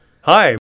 Hi